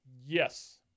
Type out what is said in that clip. Yes